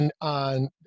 on